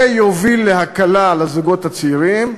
זה יוביל להקלה על הזוגות הצעירים,